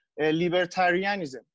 libertarianism